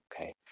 Okay